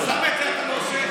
אז למה את זה אתה לא עושה?